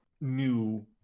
new